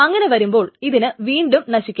അങ്ങനെ വരുമ്പോൾ ഇതിന് വീണ്ടും വീണ്ടും നശിക്കാം